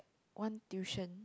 one tuition